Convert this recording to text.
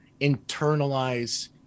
internalize